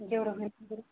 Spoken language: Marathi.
जेवढं होईस्तोवर